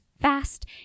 fast